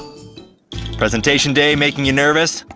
presentation day makin' you nervous?